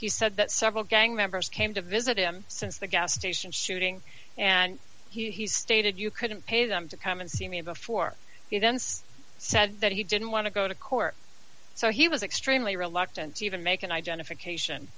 he said that several gang members came to visit him since the gas station shooting and he stated you couldn't pay them to come and see me before the events said that he didn't want to go to court so he was extremely reluctant to even make an identification